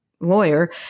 lawyer